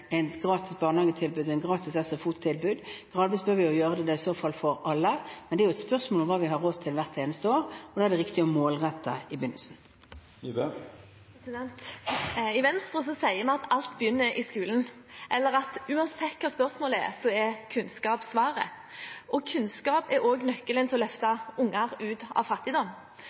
et gratis barnehagetilbud og et gratis SFO-tilbud. Gradvis bør vi i så fall gjøre det for alle. Men det er et spørsmål om hva vi har råd til hvert eneste år, og da er det riktig å målrette i begynnelsen. I Venstre sier vi at alt begynner i skolen, eller at uansett hva spørsmålet er, er kunnskap svaret. Kunnskap er også nøkkelen til å løfte unger ut av fattigdom.